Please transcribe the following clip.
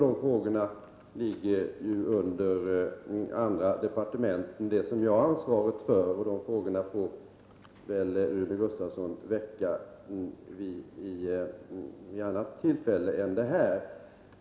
De frågorna, som ligger under andra departement än det som jag har ansvaret för, får Rune Gustavsson väcka vid ett annat tillfälle än detta.